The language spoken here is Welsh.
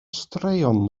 straeon